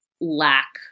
lack